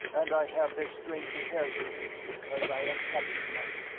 and i have the strength to tell you because i am happy to-night.